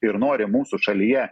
ir nori mūsų šalyje